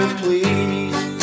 please